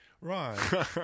right